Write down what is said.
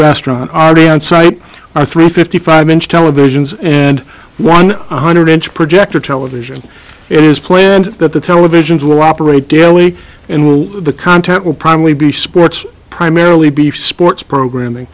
restaurant audience site or three fifty five inch televisions and one hundred inch projector television it is planned that the televisions will operate daily and will the content will probably be sports primarily beef sports programming